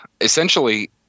Essentially